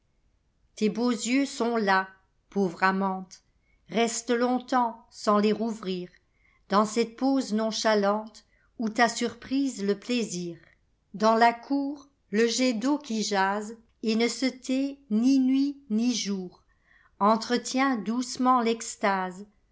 tes beaux yeux sont las pauvre amante reste longtemps sans les rouvrir dans cette pose nonchalante où t'a surprise le plaisir dans la cour le jet d'eau qui jase et ne se tait ni nuit ni jour entretient doucement l'extase